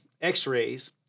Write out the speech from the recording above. x-rays